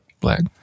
Black